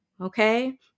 Okay